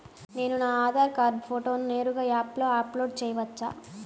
నేను నా ఆధార్ కార్డ్ ఫోటోను నేరుగా యాప్లో అప్లోడ్ చేయవచ్చా?